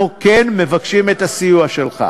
אנחנו כן מבקשים את הסיוע שלך.